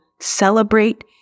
celebrate